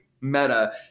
meta